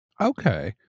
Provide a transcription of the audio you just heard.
Okay